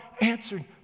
answered